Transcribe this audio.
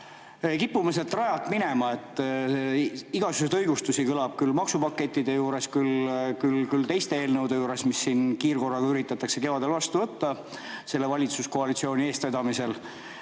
kipume rajalt [kõrvale] minema. Igasuguseid õigustusi kõlab küll maksupakettide juures, küll teiste eelnõude juures, mis kiirkorras üritatakse kevadel vastu võtta selle valitsuskoalitsiooni eestvedamisel.